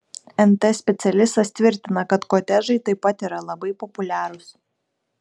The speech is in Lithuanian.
nt specialistas tvirtina kad kotedžai taip pat yra labai populiarūs